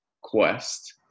quest